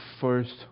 first